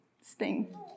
sting